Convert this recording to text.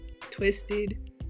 twisted